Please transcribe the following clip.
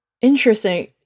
Interesting